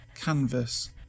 canvas